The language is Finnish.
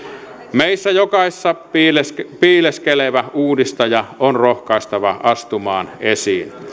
meissä jokaisessa piileskelevä piileskelevä uudistaja on rohkaistava astumaan esiin